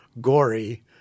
gory